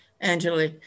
Angela